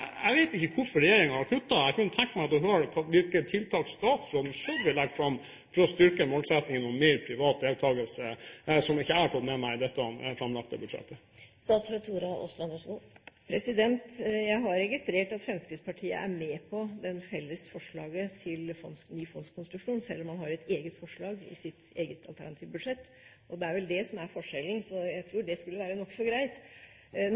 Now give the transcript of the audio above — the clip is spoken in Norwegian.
Jeg vet ikke hvorfor regjeringen har kuttet. Jeg kunne tenke meg å høre hvilke tiltak statsråden selv vil legge fram for å styrke målsettingen om mer privat deltakelse – som jeg ikke har fått med meg i det framlagte budsjettet. Jeg har registrert at Fremskrittspartiet er med på det felles forslaget til ny fondskonstruksjon, selv om man har et eget forslag i sitt alternative budsjett. Det er vel det som er forskjellen, så jeg tror det skulle være nokså greit.